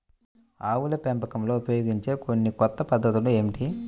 ఆవుల పెంపకంలో ఉపయోగించే కొన్ని కొత్త పద్ధతులు ఏమిటీ?